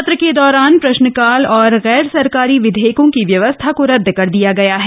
सत्र के दौरान प्रश्नकाल और गैर सरकारी विधेयकों की व्यवस्था को रद्द कर दिया गया है